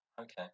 okay